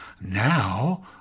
Now